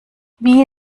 wie